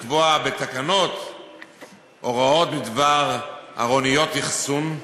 לקבוע בתקנות הוראות בדבר ארוניות אחסון,